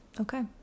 Okay